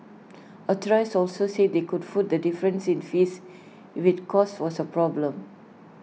authorities also said they could foot the difference in fees if IT cost was A problem